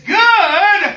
good